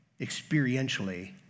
experientially